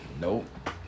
Nope